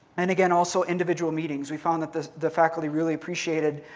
and again, also individual meetings. we found that the the faculty really appreciate it.